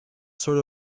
sort